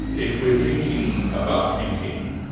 if we're thinking about thinking,